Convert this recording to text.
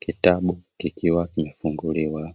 Kitabu kikiwa kimefunguliwa,